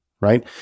right